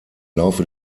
laufe